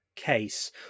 Case